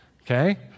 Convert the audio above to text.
okay